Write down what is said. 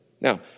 Now